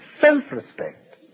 self-respect